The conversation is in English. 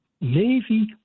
Navy